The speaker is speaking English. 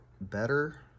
Better